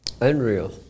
unreal